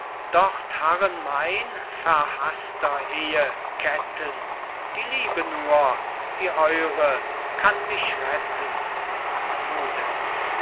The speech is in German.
dort harren mein verhasster ehe ketten die liebe nur die eure kann mich retten